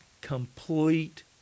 complete